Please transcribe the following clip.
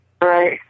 Right